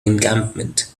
encampment